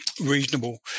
reasonable